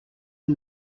une